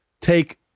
take